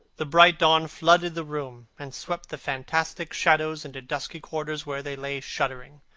the bright dawn flooded the room and swept the fantastic shadows into dusky corners, where they lay shuddering.